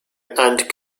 and